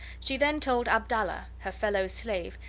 she then told abdallah, her fellow-slave,